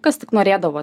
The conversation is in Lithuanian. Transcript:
kas tik norėdavo